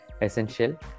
essential